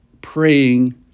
praying